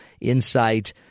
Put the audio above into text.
insight